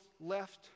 left